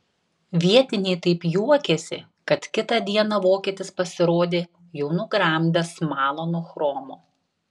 vietiniai taip juokėsi kad kitą dieną vokietis pasirodė jau nugramdęs smalą nuo chromo